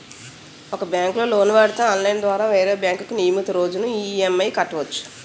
ఒక బ్యాంకులో లోను వాడితే ఆన్లైన్ ద్వారా వేరే బ్యాంకుకు నియమితు రోజున ఈ.ఎం.ఐ కట్టవచ్చు